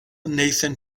nathan